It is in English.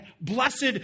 Blessed